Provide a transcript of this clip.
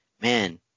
man